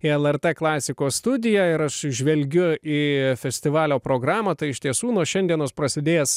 į lrt klasikos studiją ir aš žvelgiu į festivalio programą tai iš tiesų nuo šiandienos prasidėjęs